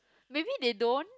maybe they don't